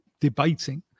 debating